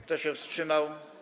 Kto się wstrzymał?